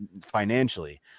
financially